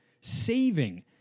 saving